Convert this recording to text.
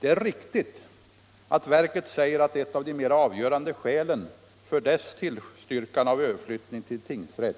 Det är riktigt att verket säger att ett av de mera avgörande skälen för dess tillstyrkande av överflyttning till tingsrätt